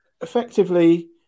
effectively